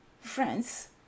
France